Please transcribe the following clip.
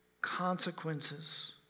consequences